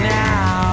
now